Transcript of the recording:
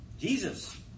Jesus